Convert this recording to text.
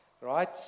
right